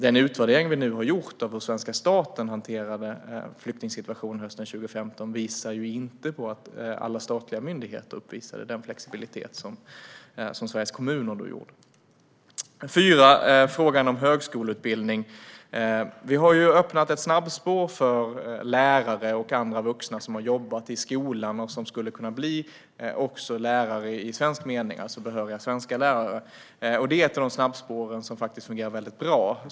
Den utvärdering vi nu har gjort av hur svenska staten hanterade flyktingsituationen 2015 visar ju inte på att alla statliga myndigheter uppvisade den flexibilitet som Sveriges kommuner gjorde. När det gäller frågan om högskoleutbildning har vi öppnat ett snabbspår för lärare och andra vuxna som har jobbat i skolan och skulle kunna bli lärare också i svensk mening, alltså behöriga svenska lärare. Det är ett av de snabbspår som fungerar väldigt väl.